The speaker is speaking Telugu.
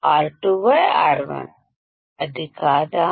R2R1 అది కాదా